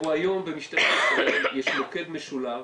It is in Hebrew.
היום במשטרת ישראל יש מוקד משולב